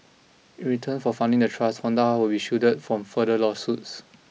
in return for funding the trust Honda will be shielded from further lawsuits